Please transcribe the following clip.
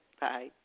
Bye